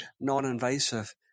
non-invasive